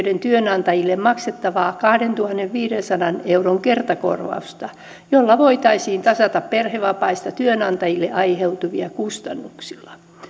työntekijöiden työnantajille maksettavaa kahdentuhannenviidensadan euron kertakorvausta jolla voitaisiin tasata perhevapaista työnantajille aiheutuvia kustannuksia